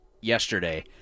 yesterday